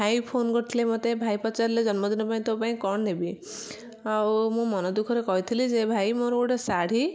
ଭାଇ ଫୋନ କରିଥିଲେ ମୋତେ ଭାଇ ପଚାରିଲେ ଜନ୍ମଦିନ ପାଇଁ ତୋ ପାଇଁ କ'ଣ ନେବି ଆଉ ମୁଁ ମନ ଦୁଖଃ ରେ କହିଥିଲି ଯେ ଭାଇ ମୋର ଗୋଟେ ଶାଢ଼ୀ